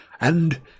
and—